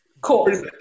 Cool